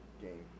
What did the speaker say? game